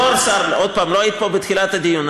בתור שר, עוד פעם, לא היית פה בתחילת הדיון.